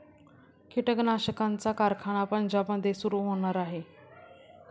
कीटकनाशकांचा कारखाना पंजाबमध्ये सुरू होणार आहे